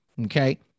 Okay